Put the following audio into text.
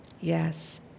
Yes